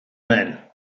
men